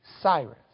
Cyrus